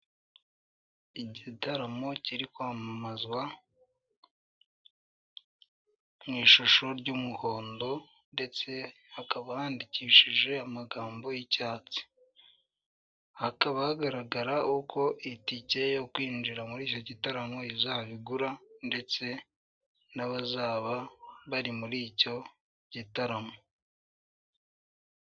Igitaramo kiri kwamamazwa, mu ishusho ry'umuhondo ndetse hakaba handikishije amagambo y'icyatsi, hakaba hagaragara uko itike yo kwinjira muri icyo gitaramo izaba igura ndetse n'abazaba bari muri icyo gitaramo.